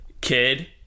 kid